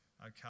okay